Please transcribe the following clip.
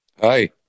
hi